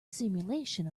simulation